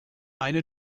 eine